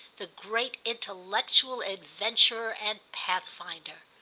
the great intellectual adventurer and pathfinder.